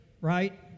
right